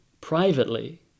privately